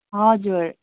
हजुर